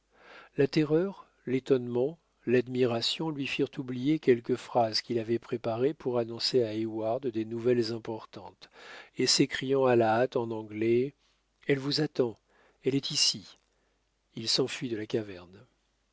la terreur l'étonnement l'admiration lui firent oublier quelques phrases qu'il avait préparées pour annoncer à heyward des nouvelles importantes et s'écriant à la hâte en anglais elle vous attend elle est ici il s'enfuit de la caverne